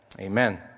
amen